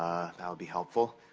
that'll be helpful.